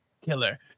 killer